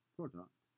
Product